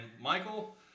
Michael